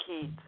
Keith